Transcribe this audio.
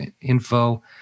info